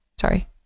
Sorry